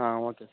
ಹಾಂ ಓಕೆ